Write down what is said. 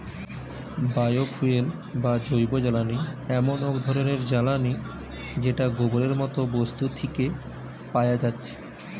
bio fuel বা জৈবজ্বালানি এমন এক ধরণের জ্বালানী যেটা গোবরের মতো বস্তু থিকে পায়া যাচ্ছে